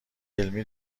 علمی